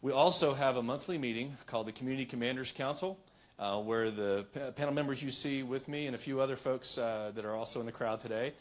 we also have a monthly meeting called the community commanders council where the panel members you see with me and a few other folks that are also in the crowd today